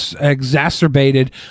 exacerbated